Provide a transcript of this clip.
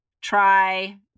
try